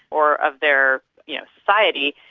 or of their you know society.